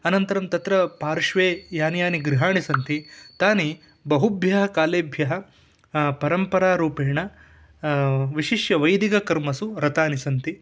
अनन्तरं तत्र पार्श्वे यानि यानि गृहाणि सन्ति तानि बहुभ्यः कालेभ्यः परम्परारूपेण विशिष्य वैदिककर्मसु व्रतानि सन्ति